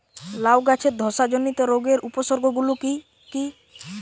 লাউ গাছের ধসা জনিত রোগের উপসর্গ গুলো কি কি?